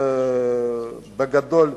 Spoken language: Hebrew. בגדול,